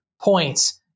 points